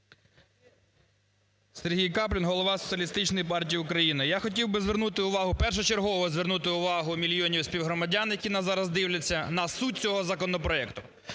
партії України. Я хотів би звернути увагу, першочергово звернути увагу мільйонів співгромадян, які нас зараз дивляться, на суть цього законопроекту.